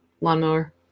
lawnmower